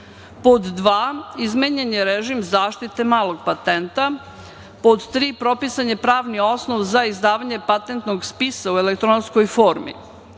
izmenjen je režim zaštite malog patenta. Pod tri, propisan je pravni osnov za izdavanje patentnog spisa u elektronskoj formi.